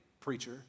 preacher